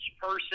person